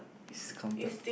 is counted